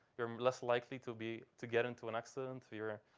you're less likely to be to get into an accident if you're